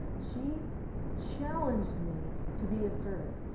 she challenged me to be assertive.